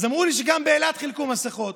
אז אמרו לי שגם באילת חילקו מסכות.